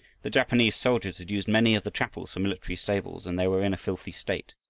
the japanese soldiers had used many of the chapels for military stables, and they were in a filthy state.